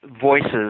voices